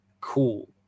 Cool